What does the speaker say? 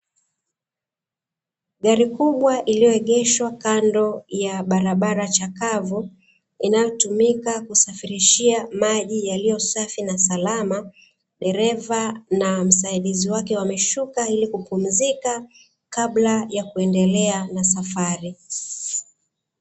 Gari kubwa iliyoegeshwa kando ya barabara chakavu, inayotumika kusafirishia maji safi na salama; dereva na msaidizi wake wameshuka kwa ajili ya kupumzika, kabla ya kuendeleana safari.